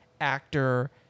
actor